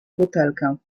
butelkę